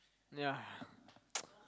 ya